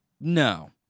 no